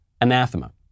anathema